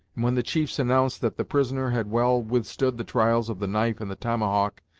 when the chiefs announced that the prisoner had well withstood the trials of the knife and the tomahawk,